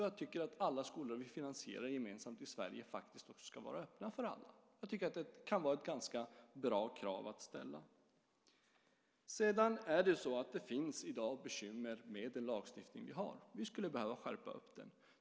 Jag tycker att alla skolor som vi finansierar gemensamt i Sverige faktiskt ska vara öppna för alla. Jag tycker att det kan vara ett ganska bra krav att ställa. Det finns i dag bekymmer med den lagstiftning vi har. Vi skulle behöva skärpa upp den.